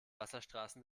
wasserstraßen